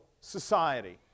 society